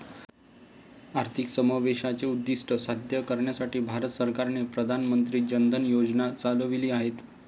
आर्थिक समावेशाचे उद्दीष्ट साध्य करण्यासाठी भारत सरकारने प्रधान मंत्री जन धन योजना चालविली आहेत